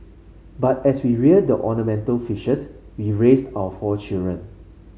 but as we rear the ornamental fishes we raised our four children